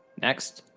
next,